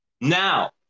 now